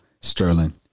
Sterling